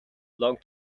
long